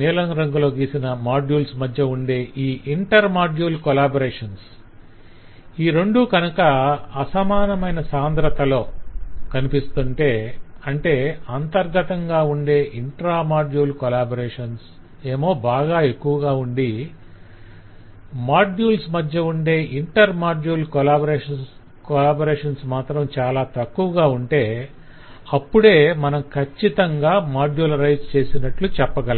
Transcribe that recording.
నీలం రంగులో గీసిన మాడ్యుల్స్ మధ్య ఉండే ఈ ఇంటర్ మాడ్యూల్ కొలాబరేషన్స్ ఈ రెండూ కనుక అసమానమైన సాంద్రతలో కనిపిస్తుంటే అంటే అంతర్గతంగా ఉండే ఇంట్రా మాడ్యూల్ కొలాబరేషన్స్ ఏమో బాగా ఎక్కువగా ఉండి మాడ్యుల్స్ మధ్య ఉండే ఇంటర్ మాడ్యుల్ కొలాబరేషన్స్ మాత్రం చాలా తక్కువగా ఉంటే అప్పుడే మనం కచ్చితంగా మాడ్యులరైజ్ చేసినట్లు చెప్పగలం